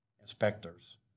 inspectors